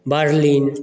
Berlin